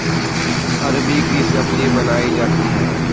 अरबी की सब्जी बनायीं जाती है